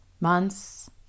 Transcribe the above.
months